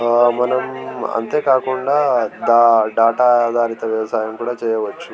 మనం అంతేకాకుండా డా డేటా దానితో వ్యవసాయం కూడా చేయవచ్చు